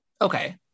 Okay